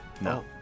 No